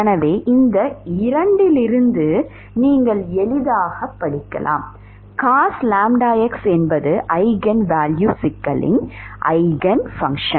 எனவே இந்த இரண்டிலிருந்தும் நீங்கள் எளிதாகப் படிக்கலாம் cos ƛ x என்பது ஈஜென்வேல்யூ சிக்கலின் ஈஜென்ஃபங்க்ஷன்